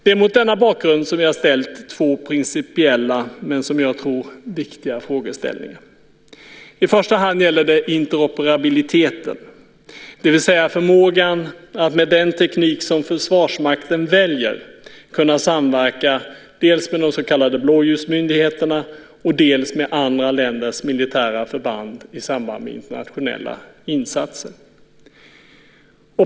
Det är mot denna bakgrund som jag har ställt två principiella och, som jag tror, viktiga frågor. I första hand gäller det interoperabiliteten, det vill säga förmågan att med den teknik som Försvarsmakten väljer samverka med dels de så kallade blåljusmyndigheterna, dels med andra länders militära förband i samband med internationella insatser.